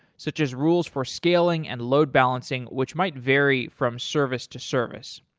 such as rules for scaling and load balancing which might vary from service to service.